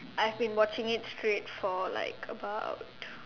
I have been watching it straight for about